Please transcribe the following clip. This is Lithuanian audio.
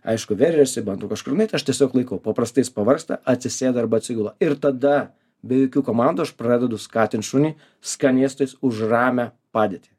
aišku veržiasi bando kažkur nueit aš tiesiog laikau paprastai jis pavargsta atsisėda arba atsigula ir tada be jokių komandų aš pradedu skatint šunį skanėstais už ramią padėtį